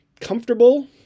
comfortable